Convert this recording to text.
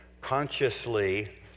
consciously